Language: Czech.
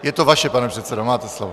Je to vaše, pane předsedo, máte slovo.